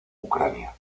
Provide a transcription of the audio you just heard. ucrania